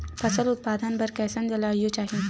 फसल उत्पादन बर कैसन जलवायु चाही?